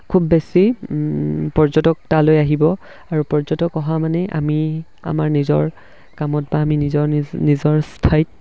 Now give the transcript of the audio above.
খুব বেছি পৰ্যটক তালৈ আহিব আৰু পৰ্যটক অহা মানে আমি আমাৰ নিজৰ কামত বা আমি নিজৰ নিজ নিজৰ